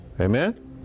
Amen